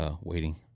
waiting